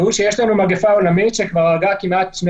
והוא שיש לנו מגפה עולמית שכבר הרגה כמעט שני